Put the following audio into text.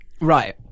right